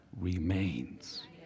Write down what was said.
remains